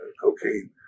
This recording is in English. cocaine